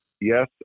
yes